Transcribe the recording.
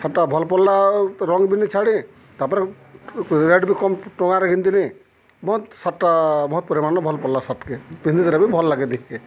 ସାର୍ଟଟା ଭଲ ପଡ଼ିଲା ରଙ୍ଗ ବି ନି ଛାଡ଼େ ତାପରେ ରେଟ୍ ବି କମ ଟଙ୍କାରେ ଘିନ୍ଥିଲି ବହୁତ ସାର୍ଟଟା ବହୁତ ପରିମାଣ ଭଲ ପଡ଼ିଲା ଶାର୍ଟକେ ପିନ୍ଧବାର ବି ଭଲ ଲାଗେ ଦେଖିକେ